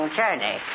journey